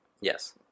Yes